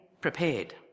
prepared